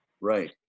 right